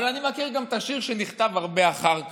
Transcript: אבל אני מכיר גם את השיר שנכתב הרבה אחר כך,